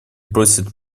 просят